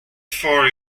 for